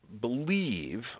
believe